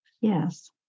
Yes